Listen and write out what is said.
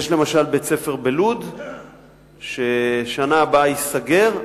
למשל בית-ספר בלוד שבשנה הבאה ייסגר,